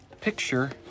Picture